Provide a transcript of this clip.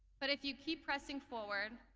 but if you keep pressing forward,